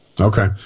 Okay